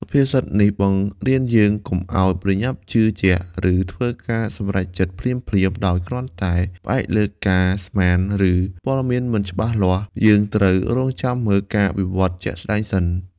សុភាសិតនេះបង្រៀនយើងកុំឲ្យប្រញាប់ជឿជាក់ ឬធ្វើការសម្រេចចិត្តភ្លាមៗ ដោយគ្រាន់តែផ្អែកលើការស្មាន ឬព័ត៌មានមិនច្បាស់លាស់ យើងត្រូវរង់ចាំមើលការវិវត្តន៍ជាក់ស្តែងសិន។